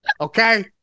Okay